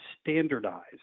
standardize